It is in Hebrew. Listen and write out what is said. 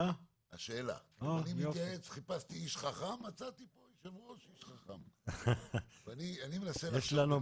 אנחנו רוצים שיהיה ברור שיכול להיות שבין המועד ששלחנו